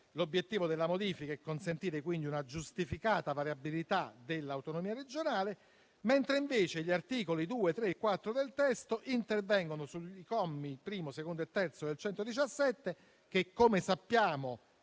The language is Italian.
L'obiettivo della modifica è consentire quindi una giustificata variabilità dell'autonomia regionale, mentre gli articoli 2, 3 e 4 del testo intervengono sui commi primo, secondo e terzo dell'articolo 117, che, come sappiamo,